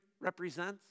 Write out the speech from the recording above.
represents